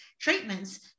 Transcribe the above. treatments